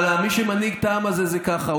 אבל מי שמנהיג את העם הזה זה ככה.